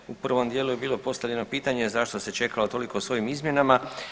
Dakle, u prvom dijelu je bilo postavljeno pitanje zašto se čekalo toliko s ovim izmjenama.